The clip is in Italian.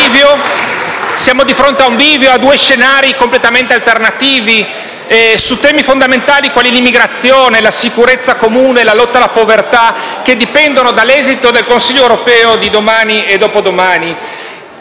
Siamo di fronte a un bivio, a due scenari completamente alternativi su temi fondamentali quali l'immigrazione, la sicurezza comune e la lotta alla povertà, che dipendono dall'esito del Consiglio europeo di domani e dopodomani.